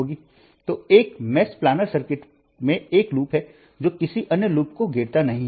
तो एक जाल प्लानर सर्किट में एक लूप है जो किसी अन्य लूप को घेरता नहीं है